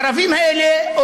הערבים האלה,